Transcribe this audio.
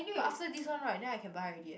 but after this one right then I can buy already eh